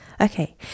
Okay